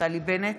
נפתלי בנט,